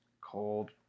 cold